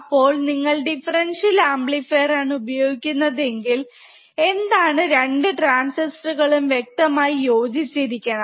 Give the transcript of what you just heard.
അപ്പോൾ നിങ്ങൾ differential amplifier ആണ് ഉപയോഗിക്കുന്നത് എങ്കിൽ എന്താണ് രണ്ട് ട്രാൻസിസ്റ്റർ കളും വെക്തമായി യോജിച്ചിരിക്കണം